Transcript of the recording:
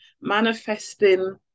manifesting